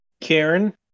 Karen